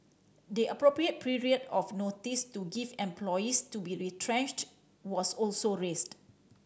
the appropriate period of notice to give employees to be retrenched was also raised